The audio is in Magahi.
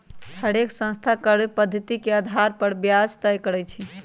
हरेक संस्था कर्व पधति के अधार पर ब्याज तए करई छई